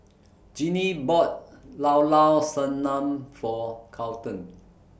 Jinnie bought Llao Llao Sanum For Carlton